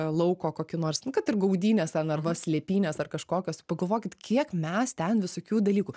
lauko kokį nors kad ir gaudynes ten arba slėpynes ar kažkokios pagalvokit kiek mes ten visokių dalykų